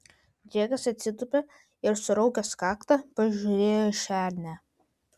džekas atsitūpė ir suraukęs kaktą pažiūrėjo į šernę